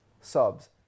subs